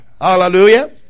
Hallelujah